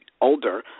older